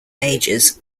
majors